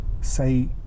say